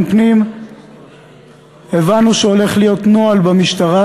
פנים הבנו שהולך להיות נוהל במשטרה,